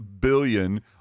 billion